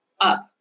up